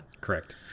Correct